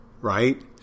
right